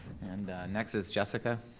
and next is jessica.